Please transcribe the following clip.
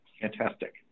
Fantastic